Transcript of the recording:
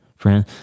friend